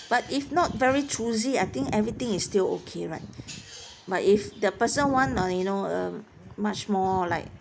but if not very choosy I think everything is still okay right but if that person want ah you know um much more like